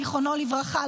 זיכרונו לברכה,